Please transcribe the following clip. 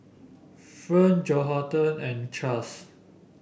Fern Johathan and Chas